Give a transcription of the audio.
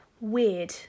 weird